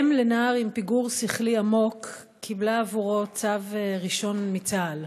אֵם לנער עם פיגור שכלי עמוק קיבלה עבורו צו ראשון מצה"ל,